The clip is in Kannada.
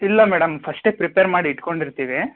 ಇಲ್ಲ ಮೇಡಮ್ ಫಸ್ಟೇ ಪ್ರಿಪೇರ್ ಮಾಡಿ ಇಟ್ಟುಕೊಂಡಿರ್ತೀವಿ